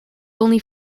only